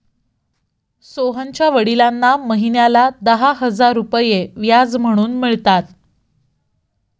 सोहनच्या वडिलांना महिन्याला दहा हजार रुपये व्याज म्हणून मिळतात